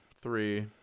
three